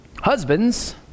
husbands